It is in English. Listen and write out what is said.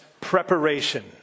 preparation